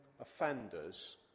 offenders